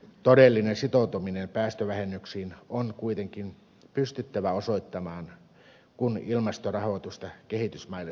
todellinen sitoutuminen päästövähennyksiin on kuitenkin pystyttävä osoittamaan kun ilmastorahoitusta kehitysmaille suunnataan